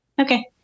Okay